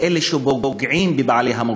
והן פוגעות באנשים עם מוגבלות.